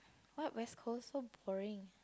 what West Coast so boring